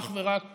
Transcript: אך ורק